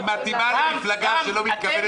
היא מתאימה למפלגה שלא מתכוונת לעבור את אחוז החסימה.